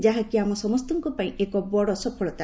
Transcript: ଯାହାକି ଆମ ସମସ୍ତଙ୍କ ପାଇଁ ଏକ ବଡ ସଫଳତା